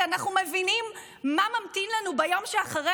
כי אנחנו מבינים מה ממתין לנו ביום שאחרי